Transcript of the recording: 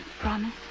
promise